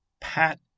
Pat